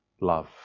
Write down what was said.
love